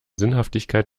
sinnhaftigkeit